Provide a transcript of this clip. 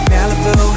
Malibu